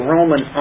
Roman